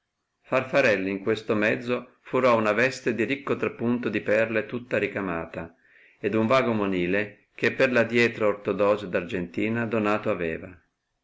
farfarello in questo mezzo furò una veste di ricco trappunto di perle tutta ricamata e un vago monille che per lo dietro ortolano d argentino donato aveva